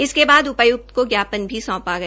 इसके बाद उपाय्क्त को ज्ञापन भी सौंपा गया